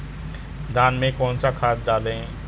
धान में कौन सा खाद डालें?